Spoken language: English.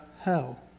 hell